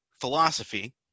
philosophy